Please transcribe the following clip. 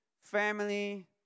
family